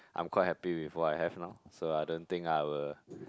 I'm quite happy with what I have now so I don't think I will